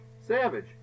Savage